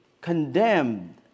condemned